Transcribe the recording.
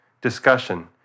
discussion